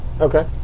Okay